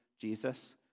Jesus